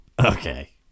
Okay